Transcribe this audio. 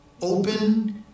open